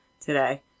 today